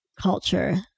culture